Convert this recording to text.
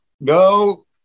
no